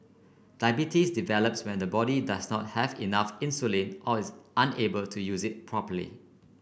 diabetes develops when the body does not have enough insulin or is unable to use it properly